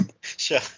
sure